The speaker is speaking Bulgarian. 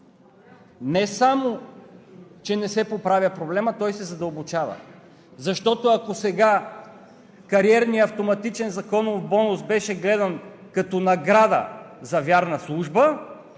не само че не се поправя проблемът, той се задълбочава. Защото, ако сега кариерният автоматичен законов бонус беше гледан като награда за вярна служба,